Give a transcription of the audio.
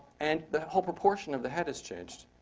and the whole proportion of the head has changed.